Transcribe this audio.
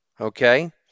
okay